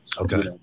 Okay